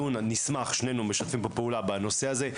שנינו משתפים פה פעולה בנושא הזה,